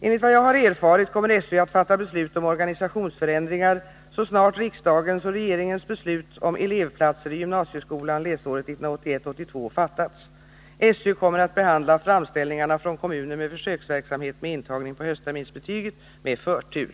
Enligt vad jag har erfarit kommer SÖ att fatta beslut om organisationsförändringar så snart riksdagens och regeringens beslut om elevplatser i gymnasieskolan läsåret 1981/82 fattats. SÖ kommer att behandla framställningarna från kommuner med försöksverksamhet med intagning på höstterminsbetyget med förtur.